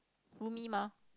roomie mah